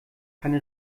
keine